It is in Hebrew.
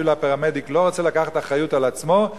ואפילו הפרמדיק לא רוצה לקחת אחריות על עצמו,